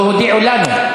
לא הודיעו לנו.